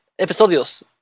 episodios